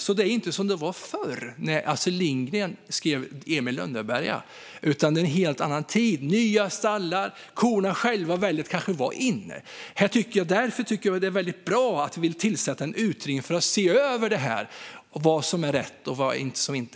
Det är alltså inte som det var förr, när Astrid Lindgren skrev Emil i Lönneberga . Det är en helt annan tid. Vi har nya stallar, och korna väljer kanske själva att vara inne. Därför tycker jag att det är bra att tillsätta en utredning för att se över vad som är rätt eller inte.